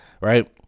right